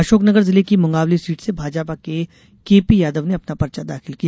अशोकनगर जिले की मुंगावली सीट से भाजपा के केपी यादव ने अपना पर्चा दाखिल किया